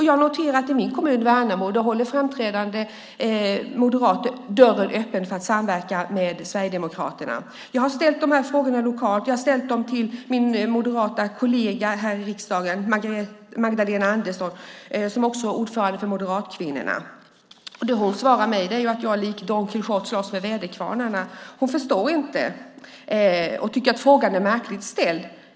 Jag noterar att i min kommun, Värnamo, håller framträdande moderater dörren öppen för en samverkan med Sverigedemokraterna. Jag har frågat om detta lokalt, och jag har frågat min moderata kollega här i riksdagen Magdalena Andersson, som också är ordförande för moderatkvinnorna. Vad hon svarar mig är att jag likt Don Quijote slåss med väderkvarnarna. Hon förstår inte och tycker att frågan är märkligt ställd.